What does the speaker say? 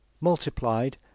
multiplied